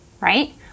Right